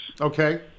Okay